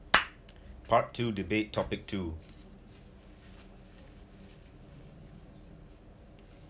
part two debate topic two